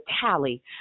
tally